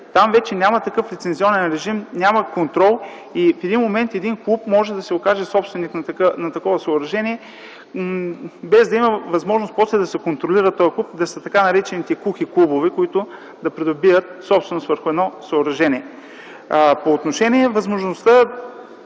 там вече няма такъв лицензионен режим, няма контрол. В един момент един клуб може да се окаже собственик на такова съоръжение, без да има възможност после да се контролира този клуб – така наречените кухи клубове, които да придобият собственост върху едно съоръжение. По отношение възможността